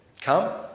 come